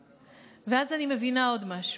ואז אני מבינה עוד משהו,